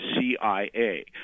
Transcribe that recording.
CIA